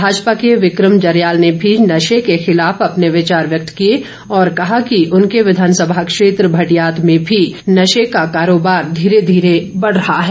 भाजपा के बिक्रम जरयाल ने भी नशे के खिलाफ अपने विचार व्यक्त किए और कहा कि उनके विधानसभा क्षेत्र भटियात में भी नशे का कारोबार धीरे धीरे बढ़ रहा है